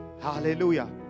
Hallelujah